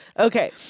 Okay